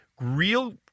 Real